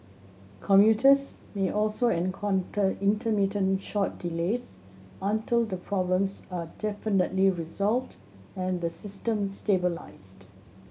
commuters may also encounter intermittent short delays until the problems are definitively resolved and the system stabilised